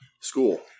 school